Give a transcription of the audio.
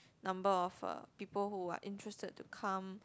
number of uh people who are interested to come